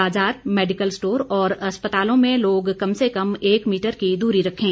बाजार medical store और अस्पतालों में लोग कम से कम एक मीटर की दूरी रखें